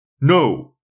No